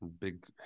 Big